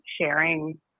sharing